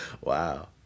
Wow